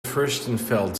furstenfeld